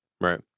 Right